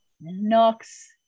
knocks